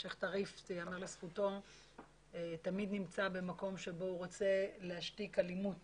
ייאמר לזכותו שהוא תמיד נמצא במקום שבו הוא רוצה להשתיק אלימות